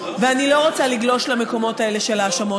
אני לא רוצה לגלוש למקומות האלה של האשמות.